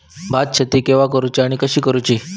भात शेती केवा करूची आणि कशी करुची?